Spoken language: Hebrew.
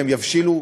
והם יבשילו,